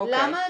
למה?